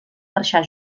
marxar